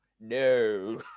no